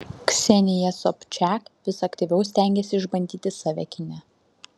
ksenija sobčak vis aktyviau stengiasi išbandyti save kine